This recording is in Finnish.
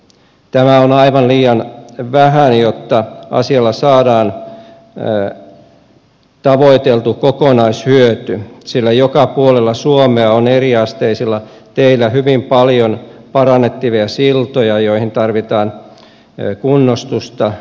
tämä on aivan liian vähän jotta asialla saadaan tavoiteltu kokonaishyöty sillä joka puolella suomea on eriasteisilla teillä hyvin paljon parannettavia siltoja joihin tarvitaan kunnostusta